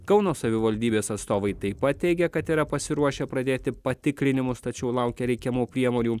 kauno savivaldybės atstovai taip pat teigia kad yra pasiruošę pradėti patikrinimus tačiau laukia reikiamų priemonių